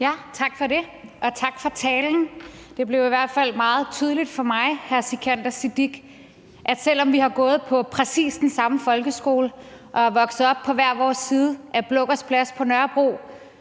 Tak for det, og tak for talen. Det blev i hvert fald meget tydeligt for mig, hr. Sikandar Siddique, at selv om vi har gået på præcis den samme folkeskole og er vokset op på hver vores side af Blågårds Plads på Nørrebro,